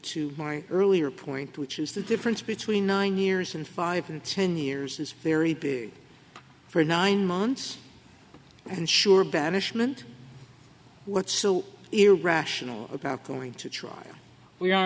to my earlier point which is the difference between nine years and five and ten years is very big for nine months and sure banishment what's so irrational about going to trial we are